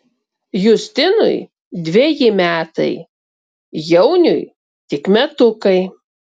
justinui dveji metai jauniui tik metukai